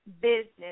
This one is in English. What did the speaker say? business